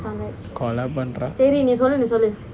கொலை பண்றா:kolai pandraa